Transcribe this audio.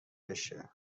بشه